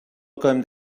kommt